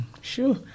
Sure